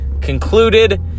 concluded